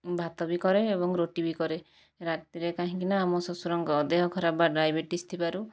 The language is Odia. ଭାତ ବି କରେ ଏବଂ ରୁଟି ବି କରେ ରାତିରେ କାହିଁକିନା ଆମ ଶ୍ଵଶୁରଙ୍କ ଦେହ ଖରାପ ବା ଡାଇବେଟିସ୍ ଥିବାରୁ